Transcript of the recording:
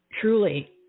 truly